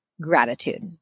gratitude